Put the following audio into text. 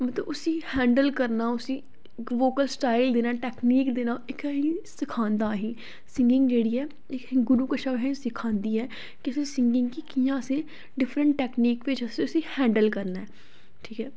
मतलब उसी हैंडल करना उसी वोकल स्टाइल दी ना टैक्नीक दी ना सखांदा अहेंगी सिंगिंग जेह्ड़ी ऐ एह् अहें गुरू कशा अहेंगी सखांदी ऐ के सिंगिंग गी कियां अहें डिफ्रैंट टेक्नीक बिच उसी हैंडल करना ऐ ठीक ऐ